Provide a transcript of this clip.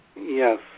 Yes